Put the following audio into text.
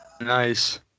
Nice